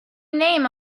name